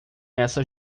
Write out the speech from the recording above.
essa